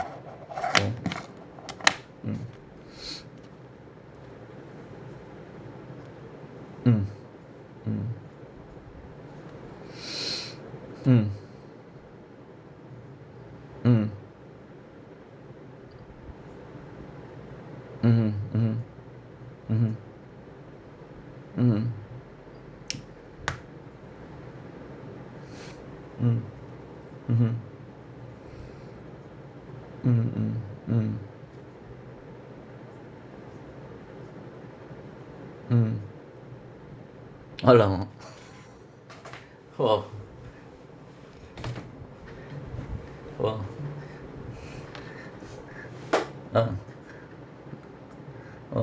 ya mm mm mm hmm mm mmhmm mmhmm mmhmm mmhmm mm mmhmm mmhmm mm mm mm !alamak! !whoa! !wah! ah orh